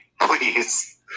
please